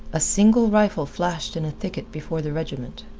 a single rifle flashed in a thicket before the regiment.